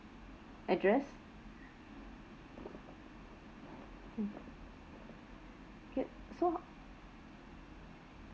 address mm okay so